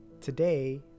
Today